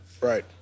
right